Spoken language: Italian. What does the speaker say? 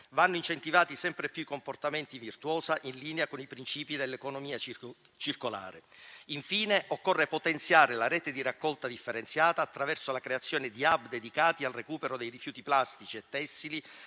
Vanno incentivati sempre più i comportamenti virtuosi in linea con i principi dell'economia circolare. Infine, occorre potenziare la rete di raccolta differenziata attraverso la creazione di *hub* dedicati al recupero dei rifiuti plastici e tessili,